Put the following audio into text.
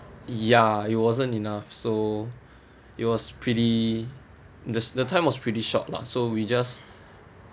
ya it wasn't enough so it was pretty just the time was pretty short lah so we just